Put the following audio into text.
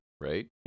right